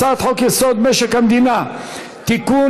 הצעת חוק-יסוד: משק המדינה (תיקון,